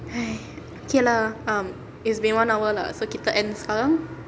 !hais! okay lah um it's been one hour lah so kita end sekarang